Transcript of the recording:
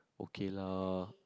okay lah